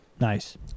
Nice